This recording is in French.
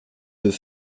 deux